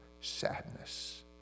sadness